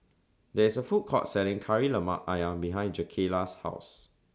There IS A Food Court Selling Kari Lemak Ayam behind Jakayla's House